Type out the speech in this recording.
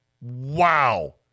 Wow